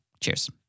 Cheers